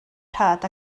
rhad